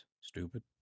stupid